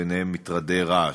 בהן מטרדי רעש,